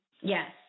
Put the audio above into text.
Yes